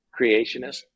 creationist